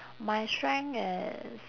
my strength is